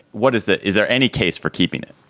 what is that? is there any case for keeping it?